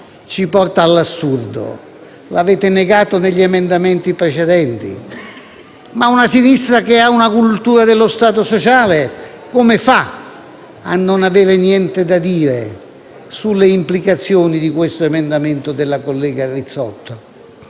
ci porta all'assurdo. L'avete negato negli emendamenti precedenti, ma una sinistra che ha una cultura dello Stato sociale come fa a non aver niente da dire sulle implicazioni dell'emendamento della collega Rizzotti?